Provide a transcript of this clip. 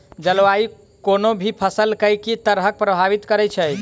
जलवायु कोनो भी फसल केँ के तरहे प्रभावित करै छै?